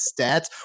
stats